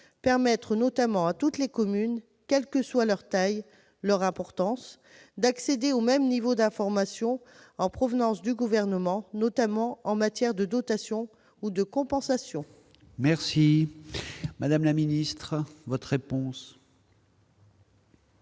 permettre à toutes les communes, quelle que soit leur taille, leur importance, d'accéder au même niveau d'information en provenance du Gouvernement, notamment en matière de dotation ou de compensation ? La parole est à Mme la ministre. Madame